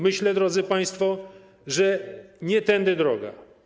Myślę, drodzy państwo, że nie tędy droga.